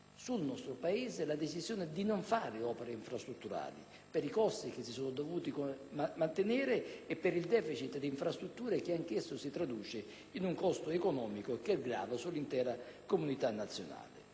il nostro Paese la decisione di non realizzare opere infrastrutturali, per i costi che si sono dovuti sostenere e per il *deficit* di infrastrutture che anch'esso si traduce in un costo economico gravante sull'intera comunità nazionale),